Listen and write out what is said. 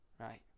Right